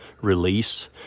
release